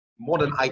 modern